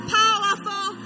powerful